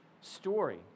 story